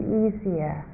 easier